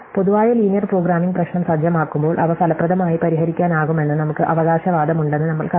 പൊതുവായ linear programming പ്രശ്നം സജ്ജമാക്കുമ്പോൾ അവ ഫലപ്രദമായി പരിഹരിക്കാനാകുമെന്ന് നമുക്ക് അവകാശവാദമുണ്ടെന്ന് നമ്മൾ കണ്ടെത്തി